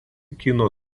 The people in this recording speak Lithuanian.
kino